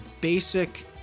basic